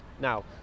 now